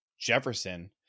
Jefferson